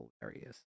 hilarious